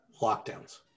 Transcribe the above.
lockdowns